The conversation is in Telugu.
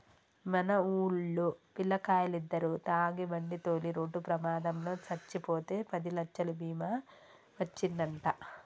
మన వూల్లో పిల్లకాయలిద్దరు తాగి బండితోలి రోడ్డు ప్రమాదంలో సచ్చిపోతే పదిలచ్చలు బీమా ఒచ్చిందంట